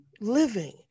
living